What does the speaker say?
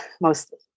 Mostly